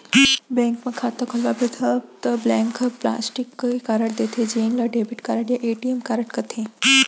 bank म खाता खोलवाबे त बैंक ह प्लास्टिक के कारड देथे जेन ल डेबिट कारड या ए.टी.एम कारड कथें